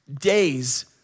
days